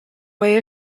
way